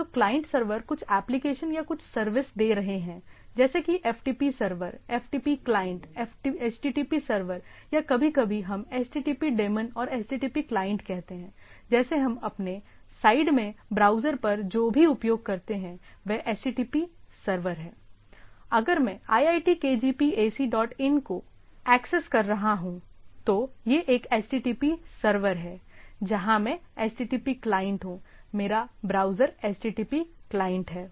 तो client server कुछ application या कुछ सर्विस दे रहे हैं जैसे कि FTP server FTP client HTTP server या कभी कभी हम HTTP डेमॉन और HTTP क्लाइंट कहते हैं जैसे हम अपने साइड में ब्राउज़र पर जो भी उपयोग करते हैं वह HTTP सर्वर है अगर मैं iitkgp एसी डॉट इन को एक्सेस कर रहा हूं तो यह एक HTTP सर्वर है जहां मैं HTTP क्लाइंट हूं मेरा ब्राउज़र HTTP क्लाइंट है